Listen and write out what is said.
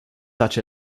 such